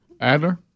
Adler